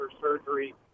surgery